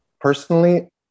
personally